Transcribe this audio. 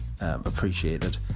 appreciated